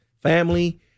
Family